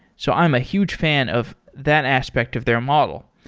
so i'm a huge fan of that aspect of their model.